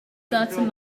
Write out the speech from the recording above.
certain